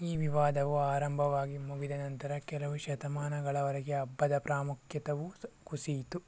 ಈ ವಿವಾದವು ಆರಂಭವಾಗಿ ಮುಗಿದ ನಂತರ ಕೆಲವು ಶತಮಾನಗಳವರೆಗೆ ಹಬ್ಬದ ಪ್ರಾಮುಖ್ಯತೆಯು ಸಹ ಕುಸಿಯಿತು